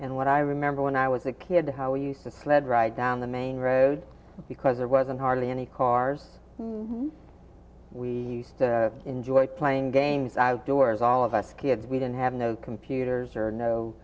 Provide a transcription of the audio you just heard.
and what i remember when i was a kid how we used to sled ride down the main road because there wasn't hardly any cars we enjoyed playing games outdoors all of us kids we didn't have no computers or no